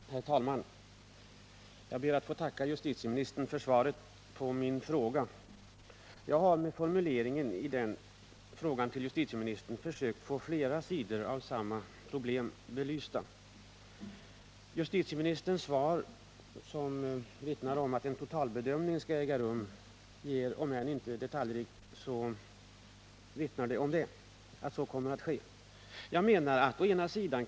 Herr talman! Jag ber att få tacka justitieministern för svaret på min fråga. Jag har med formuleringen i frågan försökt få flera sidor av samma problem belysta. Justitieministern säger i svaret, som inte är särskilt detaljrikt, att det kommer att göras en totalbedömning.